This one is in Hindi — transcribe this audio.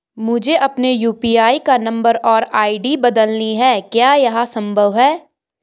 मुझे अपने यु.पी.आई का नम्बर और आई.डी बदलनी है क्या यह संभव है?